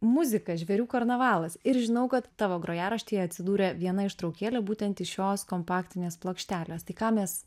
muzika žvėrių karnavalas ir žinau kad tavo grojaraštyje atsidūrė viena ištraukėlė būtent iš šios kompaktinės plokštelės tai ką mes